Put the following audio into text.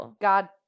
God